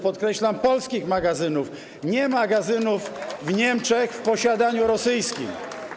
Podkreślam: polskich magazynów, nie magazynów w Niemczech w posiadaniu rosyjskim.